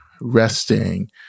resting